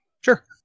Sure